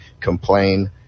complain